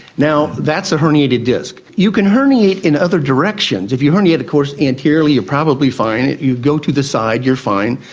now, that's a herniated disc. you can herniate in other directions. if you herniate of course anteriorly you're probably fine, you go to the side, you're fine.